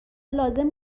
لازم